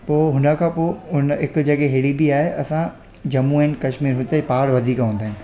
पोइ हुनखां पोइ उन हिक जॻह अहिड़ी बि आहे असां जम्मू एंड कश्मीर हुते पहाड़ वधीक हूंदा आहिनि